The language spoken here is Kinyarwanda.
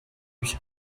byo